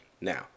Now